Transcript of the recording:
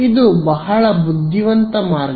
ಇದು ಬಹಳ ಬುದ್ಧಿವಂತ ಮಾರ್ಗ